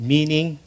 Meaning